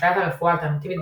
אשליית הרפואה האלטרנטיבית,